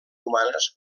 humanes